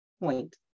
point